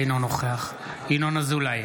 אינו נוכח ינון אזולאי,